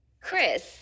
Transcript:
chris